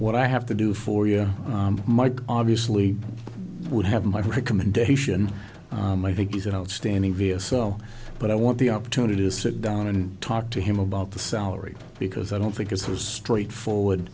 what i have to do for you mike obviously would have my recommendation i think he's an outstanding d s l but i want the opportunity to sit down and talk to him about the salary because i don't think it was straightforward